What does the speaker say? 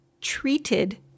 Treated